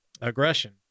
aggression